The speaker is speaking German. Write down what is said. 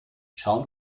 schauen